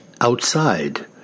outside